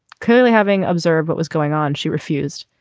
curly having observed what was going on she refused.